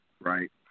right